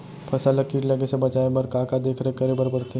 फसल ला किट लगे से बचाए बर, का का देखरेख करे बर परथे?